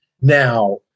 Now